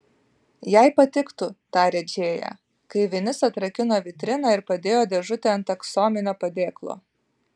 jai patiktų tarė džėja kai vinis atrakino vitriną ir padėjo dėžutę ant aksominio padėklo